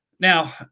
now